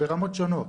ברמות שונות.